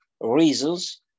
reasons